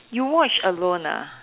you watch alone lah